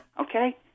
Okay